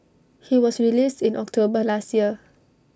he was released in October last year